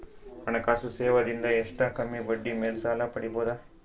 ಹಣಕಾಸು ಸೇವಾ ದಿಂದ ಎಷ್ಟ ಕಮ್ಮಿಬಡ್ಡಿ ಮೇಲ್ ಸಾಲ ಪಡಿಬೋದ?